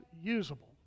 usable